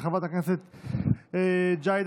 של חברת הכנסת ג'ידא